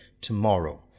tomorrow